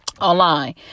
online